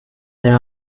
there